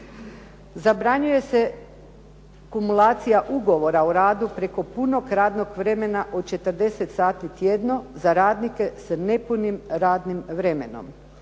Zabranjuje se kumulacija ugovora o radu preko punog radnog vremena od 40 sati tjedno za radnike sa nepunim radnim vremenom.